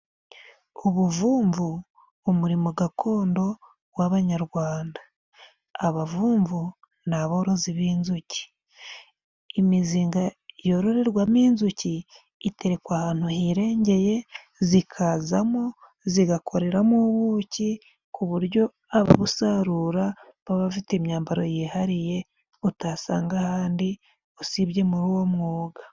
Ubuvumvu umurimo gakondo w'Abanyarwanda. Abavumvu ni abarozi b'inzuki. Imizinga yororerwamo inzuki, iterekwa ahantu hirengeye, zikazamo zigakoreramo ubuki, ku buryo ababusarura baba bafite imyambaro yihariye utasanga ahandi, usibye muri uwo mwuga.